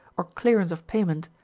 or clearance of payment,